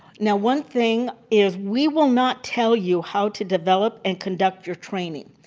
now, one thing is we will not tell you how to develop and conduct your training.